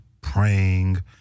praying